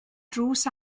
drws